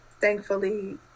thankfully